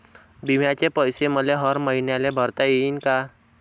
बिम्याचे पैसे मले हर मईन्याले भरता येईन का?